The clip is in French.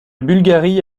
bulgarie